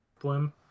Blim